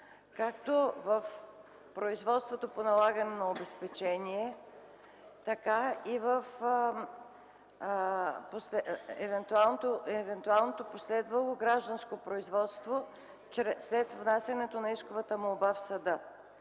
както в производството по налагане на обезпечение, така и в евентуалното последвало гражданско производство чрез внасянето на исковата молба в съда.